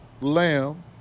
lamb